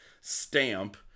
Stamp